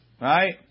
right